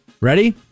Ready